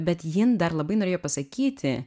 bet jin dar labai norėjo pasakyti